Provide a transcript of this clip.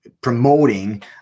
promoting